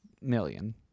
million